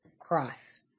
Cross